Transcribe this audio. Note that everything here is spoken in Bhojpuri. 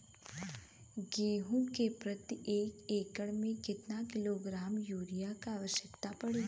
गेहूँ के प्रति एक एकड़ में कितना किलोग्राम युरिया क आवश्यकता पड़ी?